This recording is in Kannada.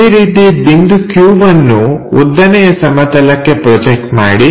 ಅದೇ ರೀತಿ ಬಿಂದು q ವನ್ನು ಉದ್ದನೆಯ ಸಮತಲಕ್ಕೆ ಪ್ರೊಜೆಕ್ಟ್ ಮಾಡಿ